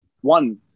One